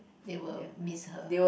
they were miss her